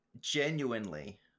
genuinely